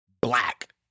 black